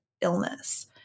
illness